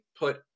put